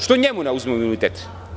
Što njemu ne oduzmemo imunitet?